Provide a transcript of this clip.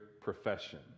profession